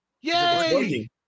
yay